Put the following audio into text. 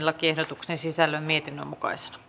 lakiehdotuksen sisällön mietinnön mukaisena